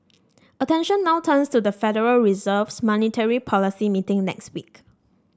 attention now turns to the Federal Reserve's monetary policy meeting next week